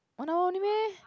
one hour only meh